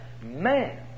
man